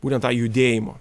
būtent tą judėjimo